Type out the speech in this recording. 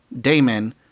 Damon